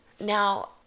Now